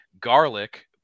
garlic